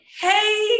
Hey